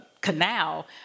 canal